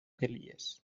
elies